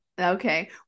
Okay